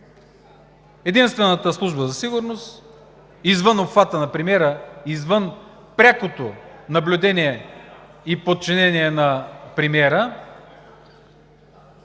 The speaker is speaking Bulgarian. единствената служба за сигурност извън обхвата на премиера, извън прякото наблюдение и подчинение на премиера,